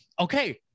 Okay